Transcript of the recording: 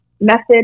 Method